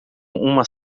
uma